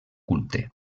culte